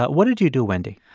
what did you do wendy?